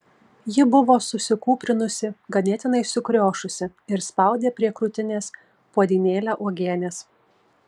ji buvo susikūprinusi ganėtinai sukriošusi ir spaudė prie krūtinės puodynėlę uogienės